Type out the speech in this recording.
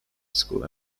school